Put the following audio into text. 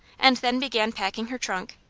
and then began packing her trunk.